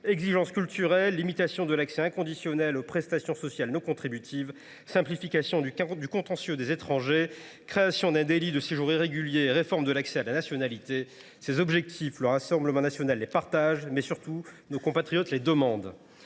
Exigences culturelles, limitation de l’accès inconditionnel aux prestations sociales non contributives, simplification du contentieux des étrangers, création d’un délit de séjour irrégulier et réforme de l’accès à la nationalité : ces objectifs, le Rassemblement national les partage ; surtout, nos compatriotes les demandent